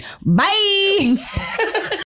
bye